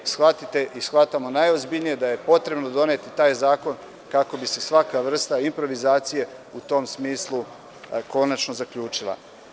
Shvatite i shvatamo najozbiljnije da je potrebno doneti taj zakon kako bi se svaka vrsta improvizacije u tom smislu konačno zaključila.